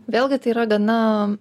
vėlgi tai yra gana